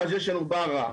ואז יש לנו --- למחוזי.